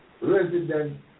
resident